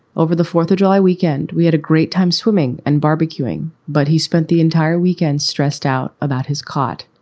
over the fourth of july weekend. we had a great time swimming and barbecuing, but he spent the entire weekend stressed out about his court.